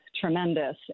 tremendous